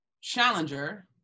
challenger